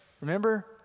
Remember